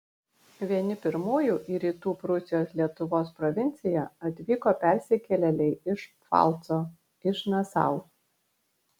vieni pirmųjų į rytų prūsijos lietuvos provinciją atvyko persikėlėliai iš pfalco iš nasau